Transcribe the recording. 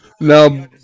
Now